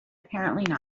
apparently